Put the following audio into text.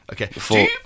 Okay